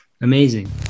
amazing